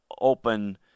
open